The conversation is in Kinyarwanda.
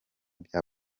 bya